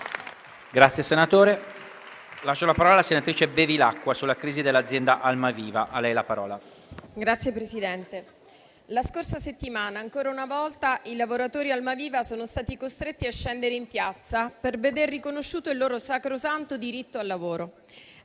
la scorsa settimana, ancora una volta, i lavoratori Almaviva sono stati costretti a scendere in piazza per veder riconosciuto il loro sacrosanto diritto al lavoro.